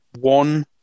one